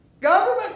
government